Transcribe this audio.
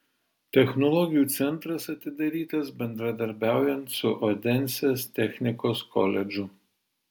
technologijų centras atidarytas bendradarbiaujant su odensės technikos koledžu